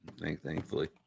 Thankfully